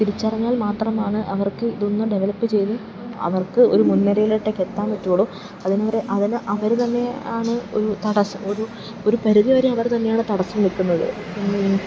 തിരിച്ചറിഞ്ഞാൽ മാത്രമാണ് അവർക്ക് ഇതൊന്ന് ഡെവലപ്പ് ചെയ്ത് അവർക്ക് ഒരു മുന്നിരയിലോട്ടൊക്കെ എത്താൻ പറ്റുള്ളൂ അതിനവരെ അതിന് അവർ തന്നെയാണ് ഒരു തടസം ഒരു ഒരു പരിധി വരെ അവർ തന്നെയാണ് തടസ്സം നിൽക്കുന്നത് പിന്നെ